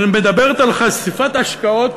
שמדברת על חשיפת השקעות